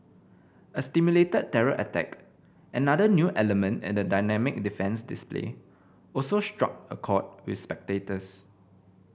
a simulated terror attack another new element in the dynamic defence display also struck a chord with spectators